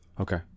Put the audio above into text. Okay